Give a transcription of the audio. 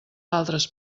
altres